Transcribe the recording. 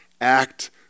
act